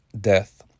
death